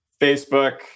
Facebook